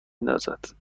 اندازد